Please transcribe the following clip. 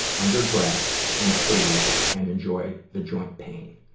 underdress, and freeze and enjoy the joint pain.